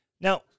Now